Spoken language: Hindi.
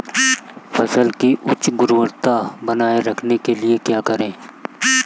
फसल की उच्च गुणवत्ता बनाए रखने के लिए क्या करें?